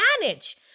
manage